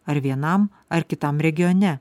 ar vienam ar kitam regione